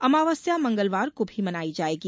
अमावस्या मंगलवार को भी मनाई जायेगी